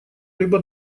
либо